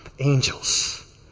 angels